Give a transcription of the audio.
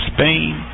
Spain